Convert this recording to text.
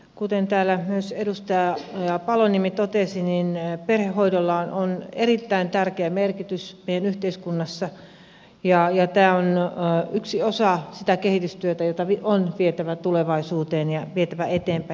kuten täällä myös edustaja paloniemi totesi perhehoidolla on erittäin tärkeä merkitys meidän yhteiskunnassamme ja tämä on yksi osa sitä kehitystyötä jota on vietävä tulevaisuuteen ja eteenpäin